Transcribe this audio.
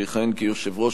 שיכהן כיושב-ראש,